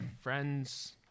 friends